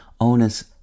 onus